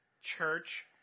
Church